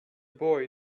boy